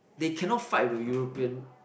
they cannot fight with a European